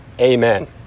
Amen